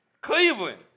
Cleveland